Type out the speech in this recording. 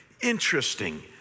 Interesting